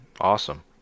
awesome